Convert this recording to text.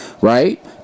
Right